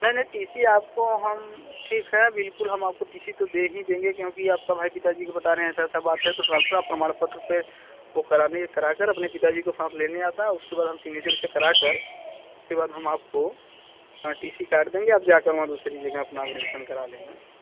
नहीं नहीं T C आपको हम ठीक है बिल्कुल हम आपको टी सी तो दे ही देंगे क्योंकि आपका भाई पिता जी आप बता रहे हैं ऐसा ऐसा बात है तो ट्रांसफर और प्रमाणपत्र पे वो कराने करा कर अपने पिताजी को साथ लेने आना उसके बाद हम सिग्नेचर विनेचर करा कर उसके बाद हम आपको टी सी काट देंगे आप जाकर वहाँ दूसरी जगह अपना एडमिशन करा लेना